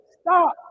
stop